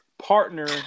partner